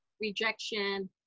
rejection